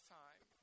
time